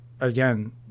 again